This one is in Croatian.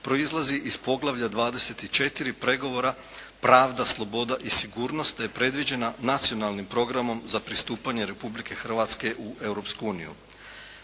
proizlazi iz poglavlja XXIV. pregovora – pravda, sloboda i sigurnost te je predviđena Nacionalnim programom za pristupanje Republike Hrvatske u